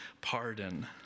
pardon